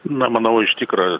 na manau iš tikro